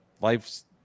life's